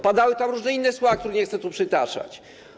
Padały tam różne inne słowa, których nie chce tu przytaczać.